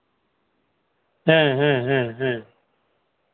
ᱦᱮᱸ ᱦᱮᱸ ᱦᱮᱸ